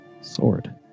Sword